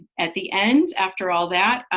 at the end, after all that,